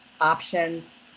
options